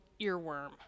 earworm